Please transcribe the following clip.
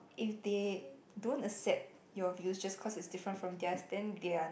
if they don't accept your views just cause it's different from theirs then they are